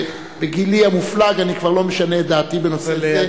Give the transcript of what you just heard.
ובגילי המופלג אני כבר לא משנה את דעתי בנושא זה.